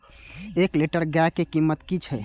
एक लीटर गाय के कीमत कि छै?